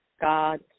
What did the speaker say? god